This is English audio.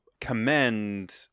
commend